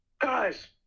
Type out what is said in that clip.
guys